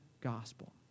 gospel